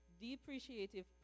depreciative